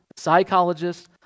psychologists